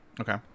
Okay